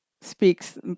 speaks